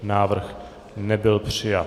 Návrh nebyl přijat.